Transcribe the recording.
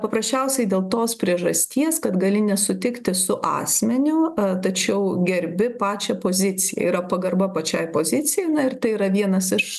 paprasčiausiai dėl tos priežasties kad gali nesutikti su asmeniu tačiau gerbi pačią poziciją yra pagarba pačiai pozicijai na ir tai yra vienas iš